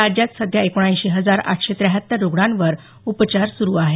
राज्यात सध्या एकोणऐंशी हजार आठशे त्याहत्तर रुग्णांवर उपचार सुरू आहेत